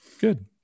good